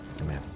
Amen